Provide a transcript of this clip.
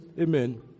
Amen